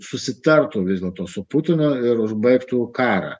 susitartų vis dėlto su putinu ir užbaigtų karą